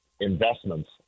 investments